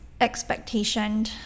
expectation